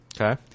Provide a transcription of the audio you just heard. Okay